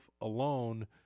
alone